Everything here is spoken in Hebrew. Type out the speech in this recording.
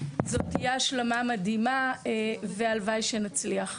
זו תהיה השלמה מדהימה והלוואי שנצליח.